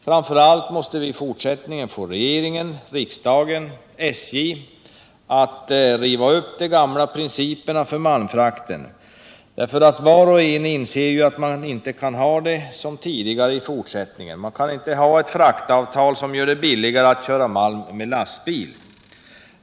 Framför allt måste vi i fortsättningen få regering, riksdag och SJ att riva upp de gamla principerna för malmfrakterna. Var och en inser ju att man i fortsättningen inte kan ha det som tidigare. Man kan inte ha fraktavtal som gör det billigare att köra malm med lastbil.